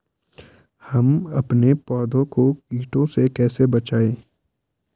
हम अपने पौधों को कीटों से कैसे बचाएं?